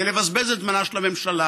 זה לבזבז את זמנה של הממשלה,